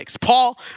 Paul